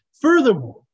Furthermore